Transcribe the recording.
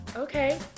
Okay